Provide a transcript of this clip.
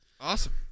Awesome